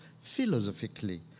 philosophically